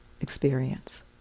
experience